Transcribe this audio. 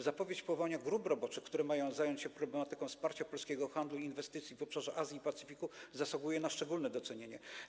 Zapowiedź powołania grup roboczych, które mają zająć się problematyką wsparcia polskiego handlu i inwestycji w obszarze Azji i Pacyfiku, zasługuje na szczególne docenienie.